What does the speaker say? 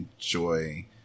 enjoy